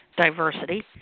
diversity